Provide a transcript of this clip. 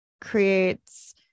creates